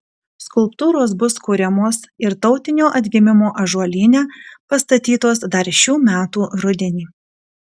skulptūros bus kuriamos ir tautinio atgimimo ąžuolyne pastatytos dar šių metų rudenį